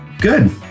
Good